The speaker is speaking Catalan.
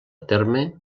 terme